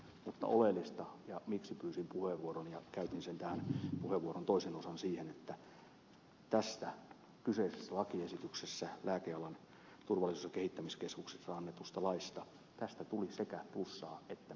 mutta oleellista ja miksi pyysin puheenvuoron ja käytin sen puheenvuoron toisen osan siihen on se että tästä kyseisestä esityksestä laiksi lääkealan turvallisuus ja kehittämiskeskuksesta tuli sekä plussaa että miinusta